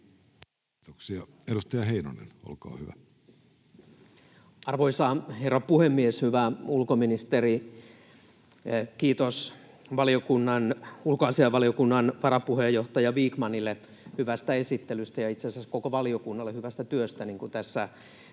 Kiitoksia. — Edustaja Heinonen, olkaa hyvä. Arvoisa herra puhemies! Hyvä ulkoministeri! Kiitos ulkoasiainvaliokunnan varapuheenjohtaja Vikmanille hyvästä esittelystä ja itse asiassa koko valiokunnalle hyvästä työstä. Niin kuin